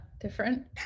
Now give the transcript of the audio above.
different